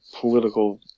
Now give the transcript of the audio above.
political